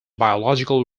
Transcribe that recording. biological